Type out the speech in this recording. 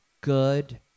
good